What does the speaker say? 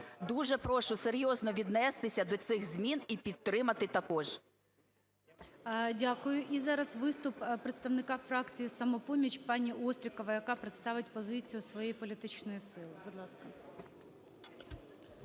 дуже прошу серйозно віднестися до цих змін і підтримати також. ГОЛОВУЮЧИЙ. Дякую. І зараз виступ представника фракції "Самопоміч" - паніОстрікова, яка представить позицію своєї політичної сили. Будь ласка.